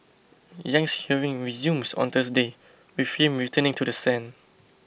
Yang's hearing resumes on Thursday with him returning to the stand